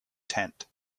tent